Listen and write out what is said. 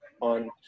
on